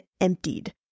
emptied